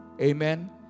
amen